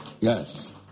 yes